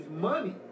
money